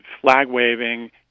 flag-waving